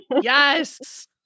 Yes